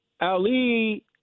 Ali